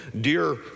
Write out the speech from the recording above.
dear